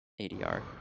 ADR